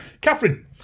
Catherine